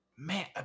Man